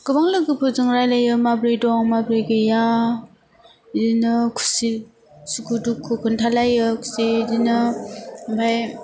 गोबां लोगोफोरजों रायलाइयो माब्रै दं माब्रै गैया बिदिनो खुसि सुखु दुखु खोन्थालाइयो खुसि बिदिनो आमफाय